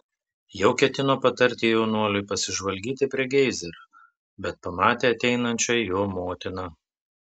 jau ketino patarti jaunuoliui pasižvalgyti prie geizerio bet pamatė ateinančią jo motiną